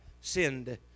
sinned